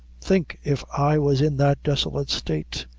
think if i was in that desolate state.